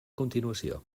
continuació